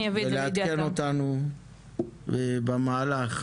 ולעדכן אותנו במהלך.